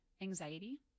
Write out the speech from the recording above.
anxiety